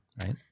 Right